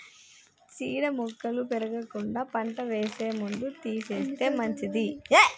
చీడ మొక్కలు పెరగకుండా పంట వేసే ముందు తీసేస్తే మంచిది